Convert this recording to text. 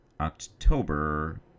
October